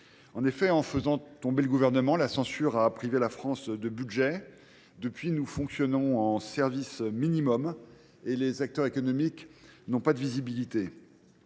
En effet, en faisant tomber le Gouvernement, cette censure a privé la France de budget. Depuis lors, nous fonctionnons en service minimum, et les acteurs économiques n’ont pas de visibilité.